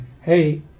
hey